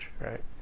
right